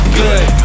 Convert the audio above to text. good